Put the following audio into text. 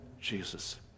Jesus